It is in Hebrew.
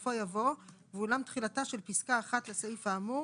בסופו יבוא "ואולם תחילתה של פסקה (1) לסעיף האמור